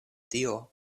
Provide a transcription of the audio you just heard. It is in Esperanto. tio